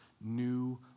new